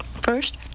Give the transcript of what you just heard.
First